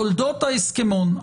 תולדות ההסכמון.